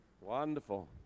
wonderful